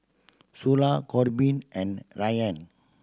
Sula Korbin and Ryann